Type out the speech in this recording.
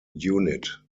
unit